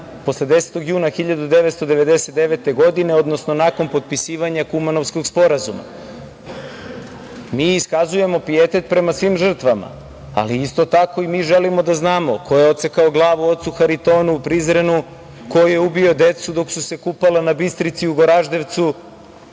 posle 10. juna 1999. godine, odnosno nakon potpisivanja Kumanovskog sporazuma. Mi iskazujemo pijetet prema svim žrtvama, ali isto tako i mi želimo da znamo ko je odsekao glavu ocu Haritonu u Prizrenu, ko je ubio decu dok su se kupala na Bistrici u Goraždevcu,